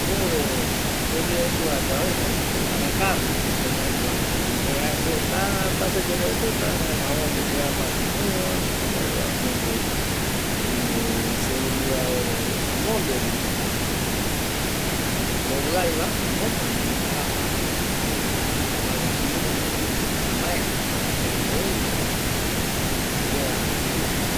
Juevere se mandua ye arakavire se mandua jaema se jaesupe tayemonde kavi jaema amonde se japatu jüva jaema serimbio amondevi joviaiva jaema jokua ndie aja jare aja iru kuti amae esa ara kavi jaema jayae aja irukoti.